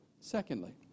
Secondly